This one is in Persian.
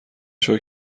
شکر